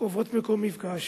קובעות מקום מפגש,